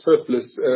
surplus